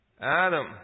Adam